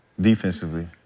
Defensively